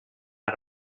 out